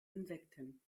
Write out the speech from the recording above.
insekten